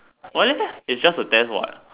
why leh it's just a test what